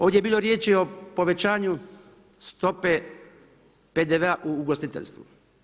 Ovdje je bilo riječi i o povećanju stope PDV-a u ugostiteljstvu.